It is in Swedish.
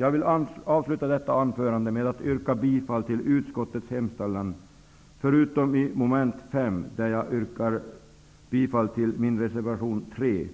Jag vill avsluta detta anförande med att yrka bifall till utskottets hemställan förutom i mom. 5, där jag yrkar bifall till min reservation 3,